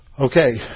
Okay